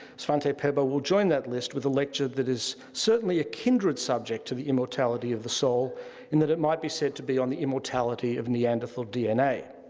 svante paabo will join that list with a lecture that is certainly a kindred subject to the immortality of the soul in that it might be said to be on the immortality of neanderthal dna.